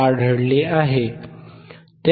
59KHz आढळली आहे